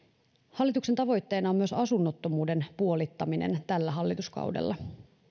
hallituksen tavoitteena on myös asunnottomuuden puolittaminen tällä hallituskaudella